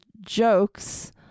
jokes